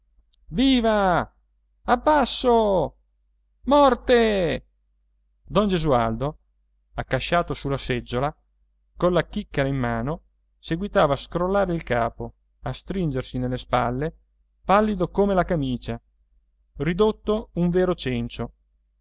viva abbasso morte don gesualdo accasciato sulla seggiola colla chicchera in mano seguitava a scrollare il capo a stringersi nelle spalle pallido come la camicia ridotto un vero cencio